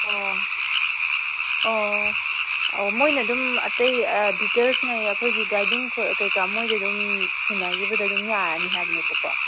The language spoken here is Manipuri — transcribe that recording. ꯑꯣ ꯑꯣ ꯑꯧ ꯃꯣꯏꯅ ꯑꯗꯨꯝ ꯑꯇꯩ ꯗꯤꯇꯦꯜꯁꯉꯩ ꯑꯩꯈꯣꯏꯒꯤ ꯒꯥꯏꯗꯤꯡ ꯀꯩꯀꯥ ꯃꯣꯏꯅꯗꯨꯝ ꯁꯤꯟꯅꯒꯤꯕꯗꯗꯨꯝ ꯌꯥꯔꯅꯦ ꯍꯥꯏꯕꯅꯦꯕꯀꯣ